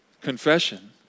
confession